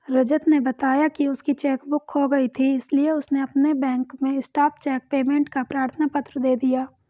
रजत ने बताया की उसकी चेक बुक खो गयी थी इसीलिए उसने अपने बैंक में स्टॉप चेक पेमेंट का प्रार्थना पत्र दे दिया